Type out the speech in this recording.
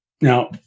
Now